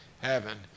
heaven